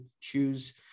choose